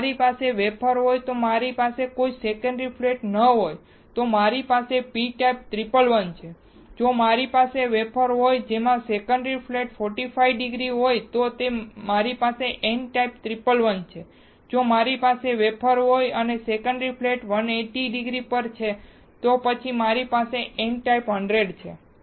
જો મારી પાસે વેફર હોય જેમાં કોઈ સેકન્ડરી ફ્લેટ ન હોય તો મારી પાસે p ટાઇપ 111 છે જો મારી પાસે વેફર હોય જેમાં સેકન્ડરી ફ્લેટ 45 ડિગ્રી પર હોય તો મારી પાસે n ટાઇપ 111 છે જો મારી પાસે વેફર હોય તો સેકન્ડરી ફ્લેટ 180 ડિગ્રી પર છે પછી મારી પાસે n ટાઇપ 100 છે